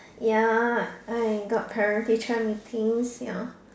ya I got parent teacher meetings ya